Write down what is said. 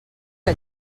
que